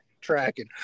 Tracking